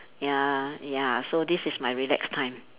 ya ya so this is my relax time